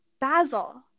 basil